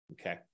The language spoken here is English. okay